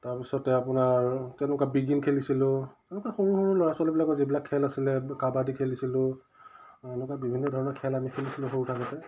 তাৰপিছতে আপোনাৰ তেনেকুৱা বিগিন খেলিছিলোঁ তেনেকুৱা সৰু সৰু ল'ৰা ছোৱালীবিলাকৰ যিবিলাক খেল আছিলে কাবাডী খেলিছিলোঁ এনেকুৱা বিভিন্ন ধৰণৰ খেল আমি খেলিছিলোঁ সৰু থাকোতে